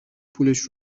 پولش